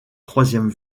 troisième